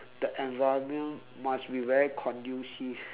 the environment must be very conducive